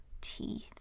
teeth